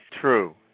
True